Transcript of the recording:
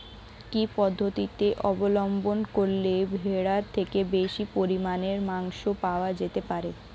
কি পদ্ধতিতে অবলম্বন করলে ভেড়ার থেকে বেশি পরিমাণে মাংস পাওয়া যেতে পারে?